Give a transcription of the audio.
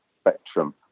spectrum